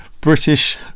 british